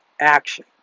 action